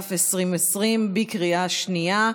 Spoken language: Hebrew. התש"ף 2020, בקריאה שנייה.